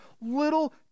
little